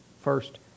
first